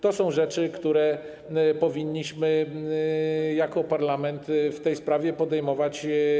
To są rzeczy, decyzje, które powinniśmy jako parlament w tej sprawie podejmować.